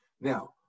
Now